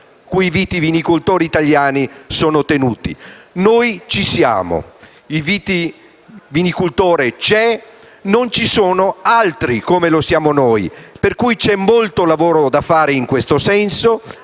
Noi ci siamo, i viniviticoltori ci sono. Non ci sono altri come lo siamo noi. C'è molto lavoro da fare in questo senso.